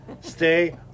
stay